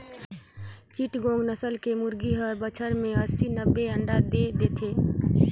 चिटगोंग नसल के मुरगी हर बच्छर में अस्सी, नब्बे अंडा दे देथे